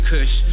Kush